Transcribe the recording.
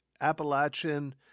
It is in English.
Appalachian